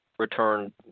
Return